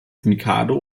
mikado